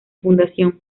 fundación